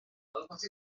tots